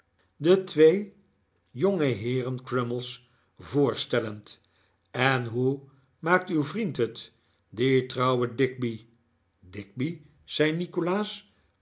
de twee jongeheeren crummies voorstellend en hoe maakt uw vriend het die trouwe digby digby zei nikolaas